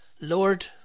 Lord